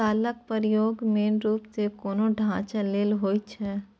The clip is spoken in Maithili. शालक प्रयोग मेन रुप सँ कोनो ढांचा लेल होइ छै